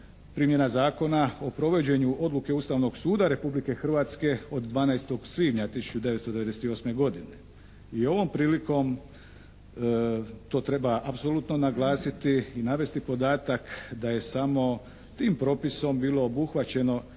Primjena zakona o provođenju odluke Ustavnog suda Republike Hrvatske od 12. svibnja 1998. godine. I ovom prilikom to treba apsolutno naglasiti i navesti podatak da je samo tim propisom bilo obuhvaćeno